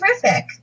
terrific